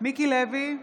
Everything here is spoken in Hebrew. מיקי לוי,